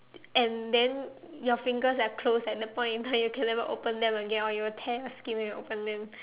and then your fingers are closed at that point in time you can never open them again or you will tear your skin when you open them